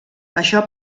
això